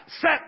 set